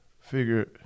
figure